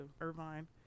Irvine